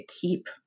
keep